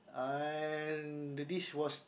and the dish was